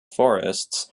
forests